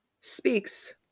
speaks